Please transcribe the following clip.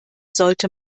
sollte